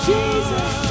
Jesus